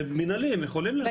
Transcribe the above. במינהלי הם יכולים להגיד.